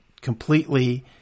completely